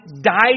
died